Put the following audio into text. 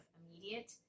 immediate